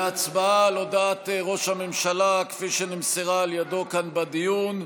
אנחנו עוברים להצבעה על הודעת ראש הממשלה כפי שנמסרה על ידו כאן בדיון.